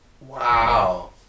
Wow